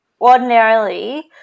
ordinarily